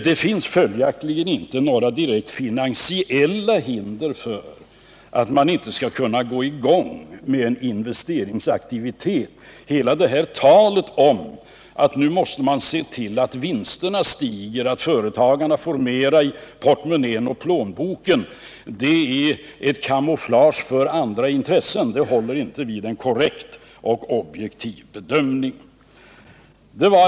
Det finns följaktligen inte några direkt finansiella hinder för att man skall kunna komma i gång med en investeringsaktivitet. Allt tal om att vi nu måste se till att vinsterna stiger och att företagarna får mer i plånböckerna är ett camouflage för andra intressen — det håller inte vid en korrekt och objektiv bedömning.